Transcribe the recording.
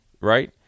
right